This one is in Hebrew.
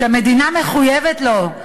שהמדינה מחויבות לו,